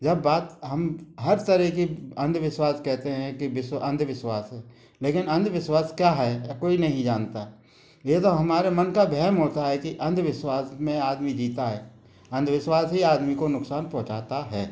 जब बात हम हर तरह के अंधविश्वास कहते हैं कि अंधविश्वास है लेकिन अंधविश्वास क्या है कोई नहीं जानता ये तो हमारे मन का वहम होता है कि अंधविश्वास में आदमी जीता है अंधविश्वास ही आदमी को नुकसान पहुँचाता है